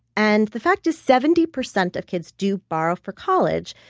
and the fact is seventy percent of kids do borrow for college.